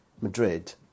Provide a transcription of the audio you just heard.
Madrid